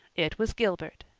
it was gilbert,